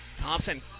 Thompson